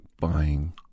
buying